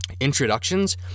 introductions